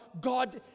God